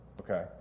Okay